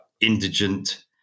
indigent